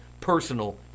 personal